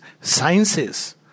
sciences